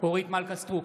אורית מלכה סטרוק,